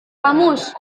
kamus